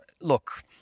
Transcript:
Look